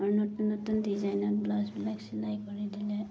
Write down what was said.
আৰু নতুন নতুন ডিজাইনত ব্লাউজবিলাক চিলাই কৰি দিলে